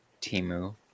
Timu